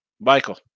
Michael